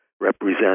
represent